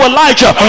Elijah